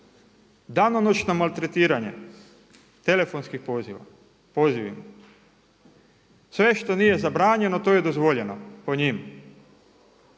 danonoćna maltretiranja telefonskim pozivima. Sve što nije zabranjeno to je dozvoljeno po njima.